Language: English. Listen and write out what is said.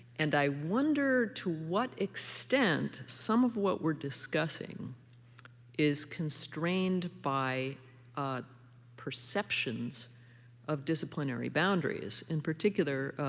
and i wonder to what extent some of what we're discussing is constrained by perceptions of disciplinary boundaries. in particular,